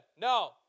no